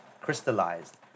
crystallized